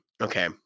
Okay